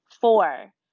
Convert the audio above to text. Four